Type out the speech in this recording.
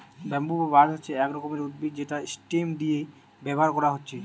bamboo বা বাঁশ হচ্ছে এক রকমের উদ্ভিদ যেটা স্টেম হিসাবে ব্যাভার কোরা হচ্ছে